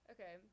Okay